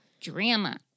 drama